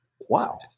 wow